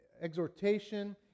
exhortation